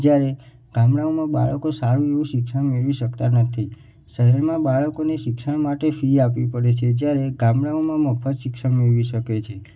જ્યારે ગામડાઓમાં બાળકો સારું એવું શિક્ષણ મેળવી શકતા નથી શહેરમાં બાળકોને શિક્ષણ માટે ફી આપવી પડે છે જ્યારે ગામડાઓમાં મફત શિક્ષણ મેળવી શકે છે